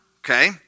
Okay